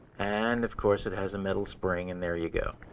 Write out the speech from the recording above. and, of course, it has a metal spring. and there you go.